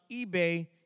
eBay